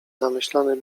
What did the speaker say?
zamyślony